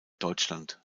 deutschland